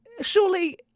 surely